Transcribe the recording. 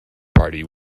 party